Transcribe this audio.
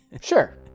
sure